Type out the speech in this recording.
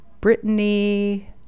Brittany